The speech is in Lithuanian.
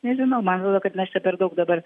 nežinau man atrodo kad mes čia per daug dabar